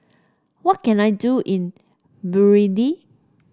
what can I do in Burundi